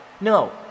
No